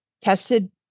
tested